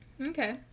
Okay